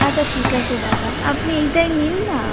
আচ্ছা ঠিক আছে দাদা আপনি এইটাই নিন না